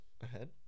Ahead